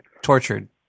tortured